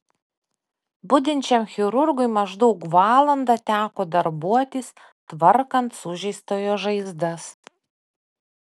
budinčiam chirurgui maždaug valandą teko darbuotis tvarkant sužeistojo žaizdas